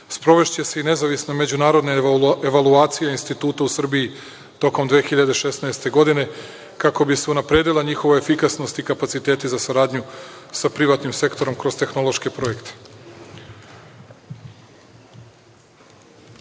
delatnost. Sprovešće se i nezavisna međunarodna evaluacija instituta u Srbiji tokom 2016. godine, kako bi se unapredila njihova efikasnost i kapaciteti za saradnju sa privatnim sektorom kroz tehnološke projekte.U